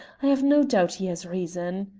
i have no doubt he has reason.